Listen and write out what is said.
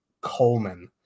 Coleman